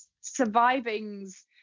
surviving's